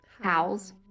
Howls